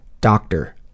doctor